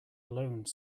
alone